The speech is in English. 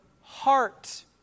heart